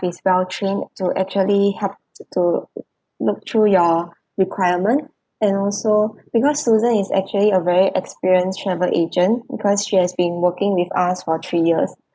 is well trained to actually help to to look through your requirement and also because susan is actually a very experienced travel agent because she has been working with us for three years